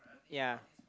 ya